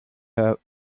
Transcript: her